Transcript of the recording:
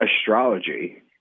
astrology